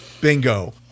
Bingo